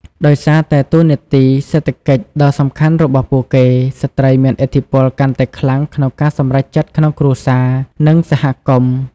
ដោយសារតែតួនាទីសេដ្ឋកិច្ចដ៏សំខាន់របស់ពួកគេ ស្ត្រីមានឥទ្ធិពលកាន់តែខ្លាំងក្នុងការសម្រេចចិត្តក្នុងគ្រួសារ និងសហគមន៍។